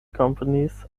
companies